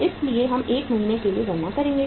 इसलिए हम 1 महीने के लिए गणना करेंगे